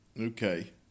Okay